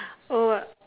hold up